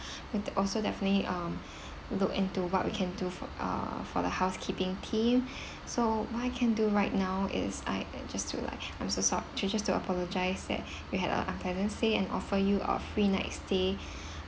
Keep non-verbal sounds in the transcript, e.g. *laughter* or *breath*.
*breath* we also definitely um *breath* look into what we can do for uh for the housekeeping team *breath* so what I can do right now is I just to like *breath* I'm so sor~ to just to apologize that you had an unpleasant stay and offer you a free night stay *breath*